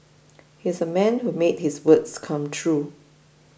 he's a man who made his words come true